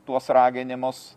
tuos raginimus